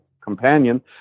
companion